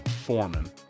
foreman